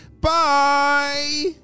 Bye